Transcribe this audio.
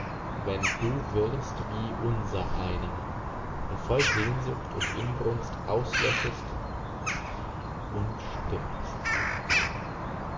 wenn du wirst wie unser einer und voll sehnsucht und inbrunst auslöschest und stirbst